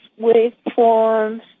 waveforms